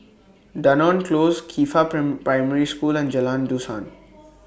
Dunearn Close Qifa Primary School and Jalan Dusan